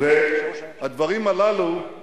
והאבטלה הולכת